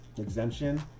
exemption